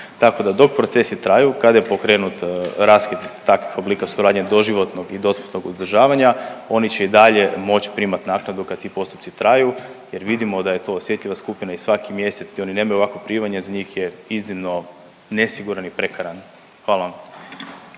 tako da, dok procesi traju, kada je pokrenut raskid takvih oblika suradnje doživotnog i dosmrtnog uzdržavanja, oni će i dalje moći primati naknadu kad ti postupci traju jer vidimo da je to osjetljiva skupina i svaki mjesec di oni nemaju ovakvo primanje, za njih je iznimno nesiguran i prekaran. Hvala vam.